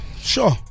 sure